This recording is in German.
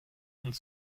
und